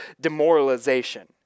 demoralization